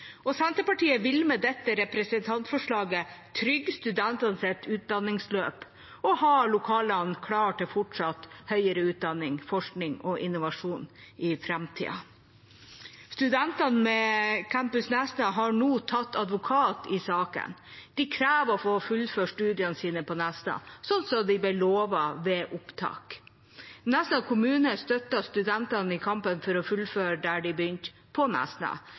Senterpartiet vil med dette representantforslaget trygge studentenes utdanningsløp og ha lokalene klare til høyere utdanning, forskning og innovasjon i framtiden. Studentene ved campus Nesna har nå tatt advokat i saken, de krever å få fullført studiene på Nesna, som de ble lovet ved opptak. Nesna kommune støtter studentene i kampen for å fullføre der de begynte, på Nesna.